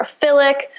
hydrophilic